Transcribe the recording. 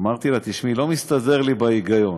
אמרתי לה: תשמעי, לא מסתדר לי בהיגיון.